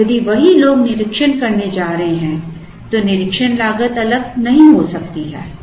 और यदि वही लोग निरीक्षण करने जा रहे हैं तो निरीक्षण लागत अलग नहीं हो सकती है